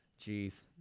jeez